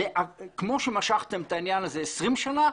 כמו שמשכתם את העניין הזה 20 שנים,